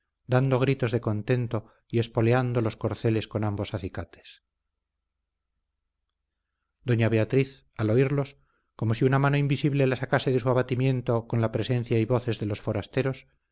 dando gritos de contento y espoleando los corceles con ambos acicates doña beatriz al oírlos como si una mano invisible la sacase de su abatimiento con la presencia y voces de los forasteros